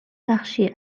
بخشی